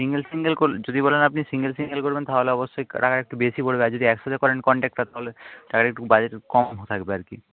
single single যদি বলেন আপনি সিঙ্গেল সিঙ্গেল করবেন তাহলে অবশ্যই টাকা একটু বেশি পড়বে আর যদি একসাথে করেন কনট্রাক্টটা তাহলে টাকাটা একটু বাজেট কম থাকবে আর কি